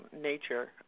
nature